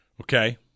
Okay